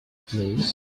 please